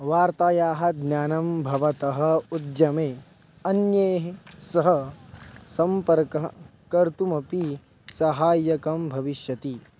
वार्तायाः ज्ञानं भवतः उद्यमे अन्यैः सह सम्पर्कः कर्तुमपि साहाय्यकं भविष्यति